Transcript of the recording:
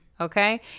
Okay